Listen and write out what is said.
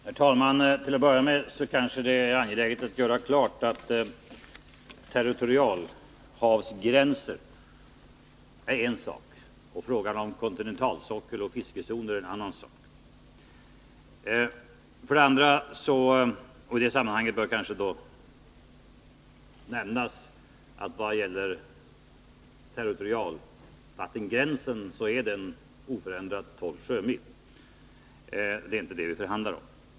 Herr talman! Till att börja med är det kanske angeläget att göra klart att territorialhavsgränser är en sak och frågan om kontinentalsockel och fiskegränser en annan sak. Och i det sammanhanget bör kanske nämnas att territorialvattengränsen är oförändrat 12 sjömil. Det är inte det vi förhandlar om.